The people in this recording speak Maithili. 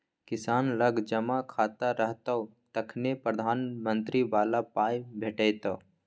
किसान लग जमा खाता रहतौ तखने प्रधानमंत्री बला पाय भेटितो